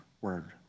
word